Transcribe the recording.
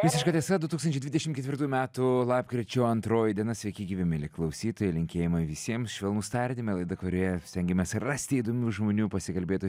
visiška tiesa du tūkstančiai dvidešim ketvirtųjų metų lapkričio antroji diena sveiki gyvi mieli klausytojai linkėjimai visiems švelnūs tardymai laida kurioje stengiamės rasti įdomių žmonių pasikalbėt